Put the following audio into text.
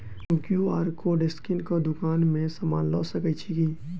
हम QR code scan कऽ केँ दुकान मे समान लऽ सकैत छी की?